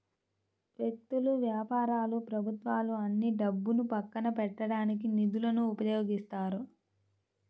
వ్యక్తులు, వ్యాపారాలు ప్రభుత్వాలు అన్నీ డబ్బును పక్కన పెట్టడానికి నిధులను ఉపయోగిస్తాయి